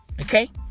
Okay